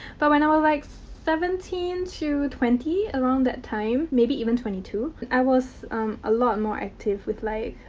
but when i was like seventeen to twenty, around that time, maybe even twenty two, i was a lot more active with like,